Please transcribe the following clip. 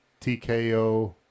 TKO